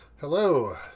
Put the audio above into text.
Hello